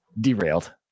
derailed